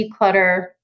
declutter